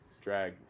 drag